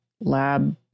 lab